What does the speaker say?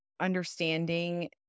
understanding